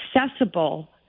accessible